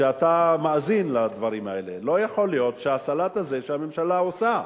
שאתה מאזין לדברים האלה: לא יכול להיות הסלט הזה שהממשלה עושה.